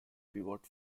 pivot